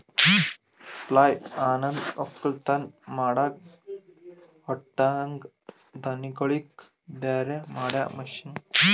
ಪ್ಲಾಯ್ಲ್ ಅನಂದ್ ಒಕ್ಕಲತನ್ ಮಾಡಾಗ ಹೊಟ್ಟದಾಂದ ದಾಣಿಗೋಳಿಗ್ ಬ್ಯಾರೆ ಮಾಡಾ ಮಷೀನ್